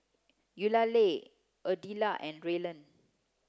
Eulalie Ardella and Rylan